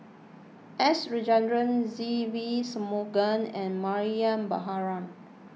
S Rajendran Se Ve Shanmugam and Mariam Baharom